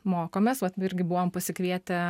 mokomės vat irgi buvom pasikvietę